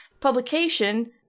publication